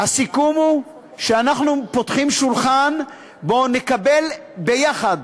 שאנחנו פותחים שולחן שבו נקבל ביחד,